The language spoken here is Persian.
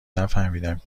نفهمیدم